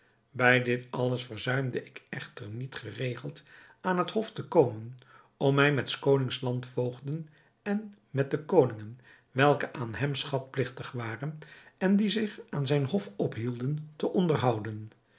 bij dit alles verzuimde ik echter niet geregeld aan het hof te komen om mij met s konings landvoogden en met de koningen welke aan hem schatplichtig waren en die zich aan zijn hof ophielden te onderhouden